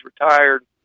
retired